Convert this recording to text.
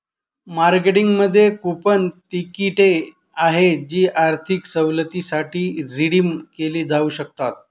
मार्केटिंगमध्ये कूपन तिकिटे आहेत जी आर्थिक सवलतींसाठी रिडीम केली जाऊ शकतात